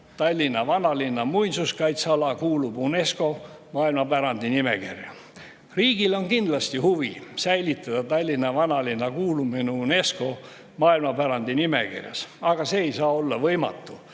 Tallinna vanalinna muinsuskaitseala kuulub UNESCO maailmapärandi nimekirja. Riigil on kindlasti huvi säilitada Tallinna vanalinna kuulumine UNESCO maailmapärandi nimekirjas ja see ei saa olla võimatu.